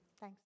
Thanks